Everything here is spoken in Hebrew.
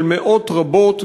של מאות רבות,